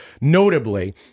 notably